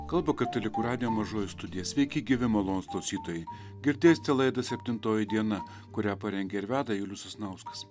kalba katalikų radijo mažoji studija sveiki gyvi malonūs klausytojai girdėsite laidą septintoji diena kurią parengė ir veda julius sasnauskas